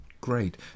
Great